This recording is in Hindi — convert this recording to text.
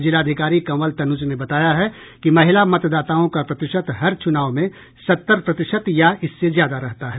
जिलाधिकारी कंवल तन्ज ने बताया है कि महिला मतदाताओं का प्रतिशत हर चुनाव में सत्तर प्रतिशत या इससे ज्यादा रहता है